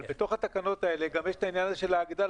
אבל בתוך התקנות האלה גם יש את העניין הזה של ההגדלה.